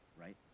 right